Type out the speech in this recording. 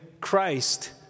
Christ